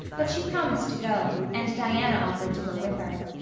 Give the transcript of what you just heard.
but she promised to go, and diana offered to go with her.